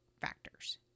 factors